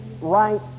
right